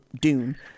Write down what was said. Dune